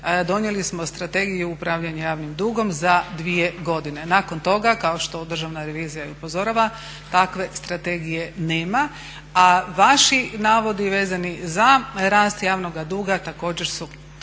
donijeli smo Strategiju upravljanja javnim dugom za 2 godine. Nakon toga kao što državna revizija i upozorava takve strategije nema. A vaši navodi vezani za rast javnoga duga također su